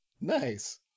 Nice